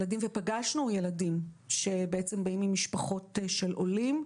ופגשנו ילדים שבעצם באים ממשפחות של עולים.